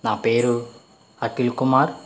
నా పేరు అఖిల్ కుమార్